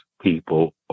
people